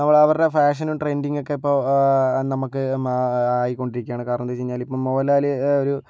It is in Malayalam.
നമ്മൾ അവരുടെ ഫാഷനും ട്രെൻഡിങ്ങ് ഒക്കെ ഇപ്പോൾ നമുക്ക് ആയിക്കൊണ്ടിരിക്കുകയാണ് കാരണം എന്തെന്ന് വെച്ചുകഴിഞ്ഞാൽ ഇപ്പോൾ മോഹൻലാൽ ഒരു